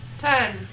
Ten